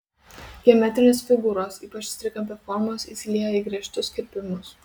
geometrinės figūros ypač trikampio formos įsilieja į griežtus kirpimus